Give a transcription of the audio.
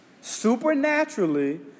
supernaturally